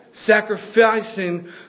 sacrificing